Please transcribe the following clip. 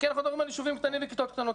כי אנחנו מדברים על יישובים קטנים וכיתות קטנות.